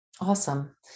Awesome